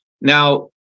Now